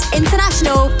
international